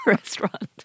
Restaurant